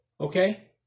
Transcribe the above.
okay